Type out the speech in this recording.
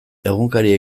egunkaria